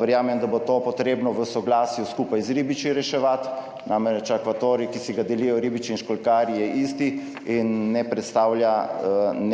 Verjamem, da bo to potrebno v soglasju skupaj z ribiči reševati, namreč akvatorij, ki si ga delijo ribiči in školjkarji, je isti in ne predstavlja